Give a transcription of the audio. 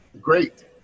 great